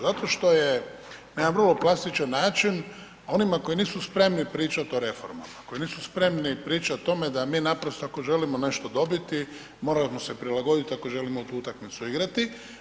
Zato što je na jedan vrlo plastičan način onima koji nisu spremni pričat o reformama, koji nisu pričat o tome da mi naprosto ako želimo nešto dobiti moramo se prilagoditi ako želimo utakmicu igrati.